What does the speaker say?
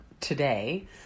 today